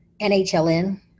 nhln